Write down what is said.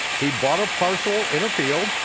he bought a parcel in a field,